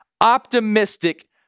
optimistic